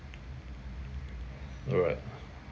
alright